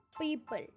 people